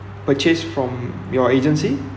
purchase from your agency